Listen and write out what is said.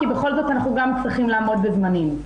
כי בכל זאת אנחנו גם צריכים לעמוד בזמנים.